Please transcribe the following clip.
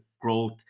growth